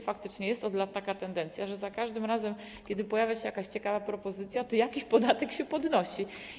Faktycznie od lat jest taka tendencja, że za każdym razem, kiedy pojawia się jakaś ciekawa propozycja, to jakiś podatek się podnosi.